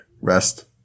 rest